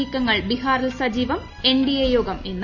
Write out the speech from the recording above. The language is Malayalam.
നീക്കങ്ങൾ ബിഹാറിൽ സജീവം എൻഡിഎ യോഗം ഇന്ന്